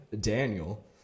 Daniel